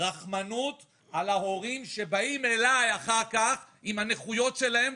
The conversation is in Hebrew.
רחמנות על ההורים שבאים אליי אחר כך עם הנכויות שלהם,